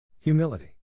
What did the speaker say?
Humility